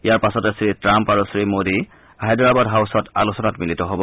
ইয়াৰ পাছতে শ্ৰীট্ৰাম্প আৰু শ্ৰীমোদী হায়দৰাবাদ হাউছত আলোচনাত মিলিত হ'ব